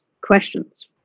questions